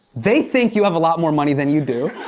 they think you have a lot more money than you do.